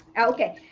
okay